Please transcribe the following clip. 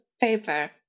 paper